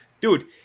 dude